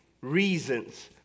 reasons